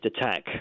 attack